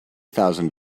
thousand